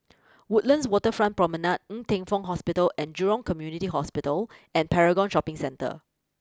Woodlands Waterfront Promenade Ng Teng Fong Hospital and Jurong Community Hospital and Paragon Shopping Centre